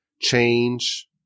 change